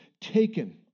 taken